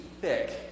thick